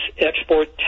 export